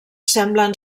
semblen